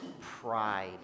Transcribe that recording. Pride